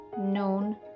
known